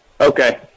Okay